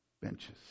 benches